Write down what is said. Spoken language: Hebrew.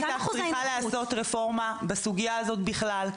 צריכה להיעשות רפורמה בסוגיה הזו בכלל.